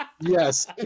Yes